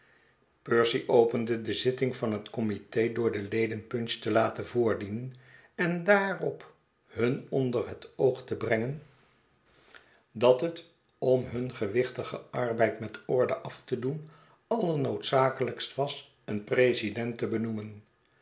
percy opende de zitting van het committe door de leden punch te laten voordienen en daarop hun onder het oog te brengen dat het om hun gewichtigen arbeid met orde af te doen allernoodzakelykst was een president te benoemen